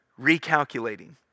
Recalculating